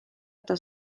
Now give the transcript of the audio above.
eta